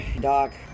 Doc